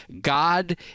God